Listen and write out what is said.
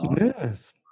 Yes